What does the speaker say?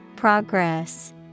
Progress